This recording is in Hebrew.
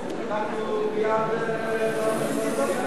אנחנו מייד נצביע.